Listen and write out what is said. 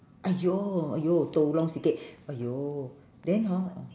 !aiyo! !aiyo! tolong sikit !aiyo! then hor